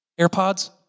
AirPods